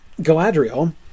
Galadriel